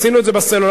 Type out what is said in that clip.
עשינו את זה בסלולר,